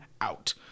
out